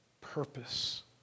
purpose